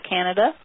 Canada